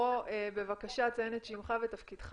בבקשה תציין את תפקידך